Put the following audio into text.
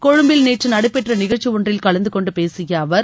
கொழும்பில் நேற்று நடைபெற்ற நிகழ்ச்சி ஒன்றில் கலந்து கொண்டு பேசிய அவர்